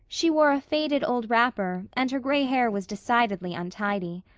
she wore a faded old wrapper, and her gray hair was decidedly untidy.